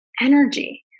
energy